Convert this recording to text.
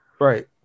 Right